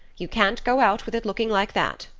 you can't go out with it looking like that.